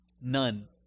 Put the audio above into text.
None